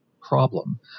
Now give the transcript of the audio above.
problem